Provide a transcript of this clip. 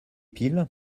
piles